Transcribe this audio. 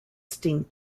sting